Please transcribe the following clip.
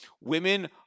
women